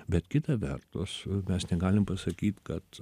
bet kita vertus mes negalim pasakyt kad